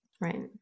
Right